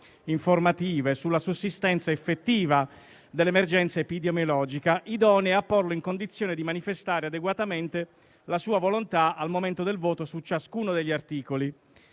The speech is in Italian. informative sulla sussistenza effettiva dell'emergenza epidemiologica idonee a porlo in condizione di manifestare adeguatamente la sua volontà al momento del voto su ciascuno degli articoli.